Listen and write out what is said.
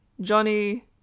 Johnny